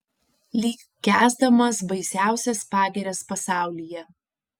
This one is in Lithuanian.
lyg kęsdamas baisiausias pagirias pasaulyje